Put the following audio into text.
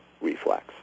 reflex